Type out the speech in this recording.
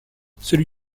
celui